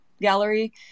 gallery